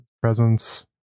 presence